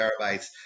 terabytes